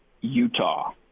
Utah